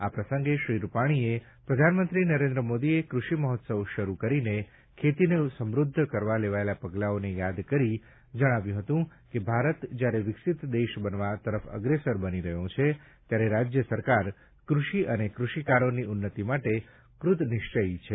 આ પ્રસંગે શ્રી રૂપાણીએ પ્રધાનમંત્રી નરેન્દ્ર મોદીએ કૃષિ મહોત્સવ શરૂ કરી ખેતીને સમૃધ્ધ કરવા લેવાયેલા પગલાંઓને યાદ કરી કહ્યું હતું કે ભારત જ્યારે વિકસીત દેશ બનવા તરફ અગ્રેસર બની રહ્યો છે ત્યારે રાજ્ય સરકાર કૃષિ અને કૃષિકારોની ઉન્નતી માટે કૃતનિશ્ચયી છે